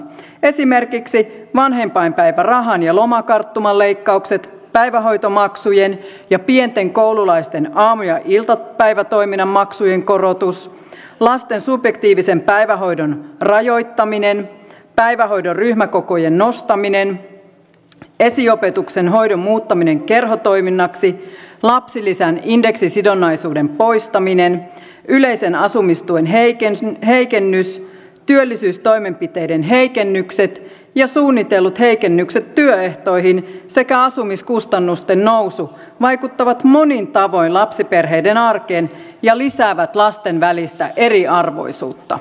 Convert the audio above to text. esimerkiksi vanhempainrahan ja lomakarttuman leikkaukset päivähoitomaksujen ja pienten koululaisten aamu ja iltapäivätoiminnan maksujen korotus lasten subjektiivisen päivähoidon rajoittaminen päivähoidon ryhmäkokojen nostaminen esiopetuksen hoidon muuttaminen kerhotoiminnaksi lapsilisän indeksisidonnaisuuden poistaminen yleisen asumistuen heikennys työllisyystoimenpiteiden heikennykset ja suunnitellut heikennykset työehtoihin sekä asumiskustannusten nousu vaikuttavat monin tavoin lapsiperheiden arkeen ja lisäävät lasten välistä eriarvoisuutta